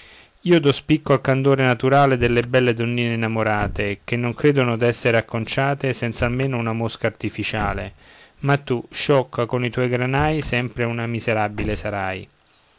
io do spicco al candore naturale delle belle donnine innamorate che non credono d'essere acconciate senza almeno una mosca artificiale ma tu sciocca con tutti i tuoi granai sempre una miserabile sarai